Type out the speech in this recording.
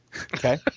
okay